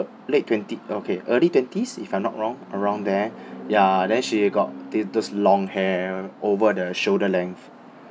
late twenty okay early twenties if I'm not wrong around there ya then she got tho~ those long hair over the shoulder length